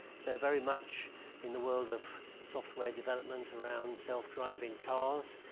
so very much in the world of software development around self driving cars.